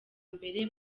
mbere